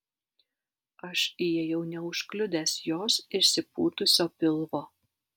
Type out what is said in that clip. aš įėjau neužkliudęs jos išsipūtusio pilvo